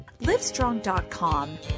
Livestrong.com